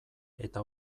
eta